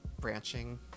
branching